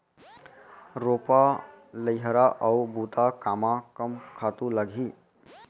रोपा, लइहरा अऊ बुता कामा कम खातू लागही?